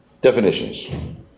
definitions